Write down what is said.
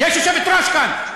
יש יושבת-ראש כאן.